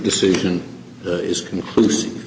decision is conclusive